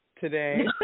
today